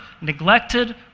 neglected